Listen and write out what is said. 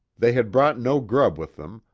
they had brought no grub with them,